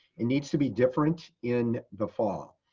it needs to be different in the fall.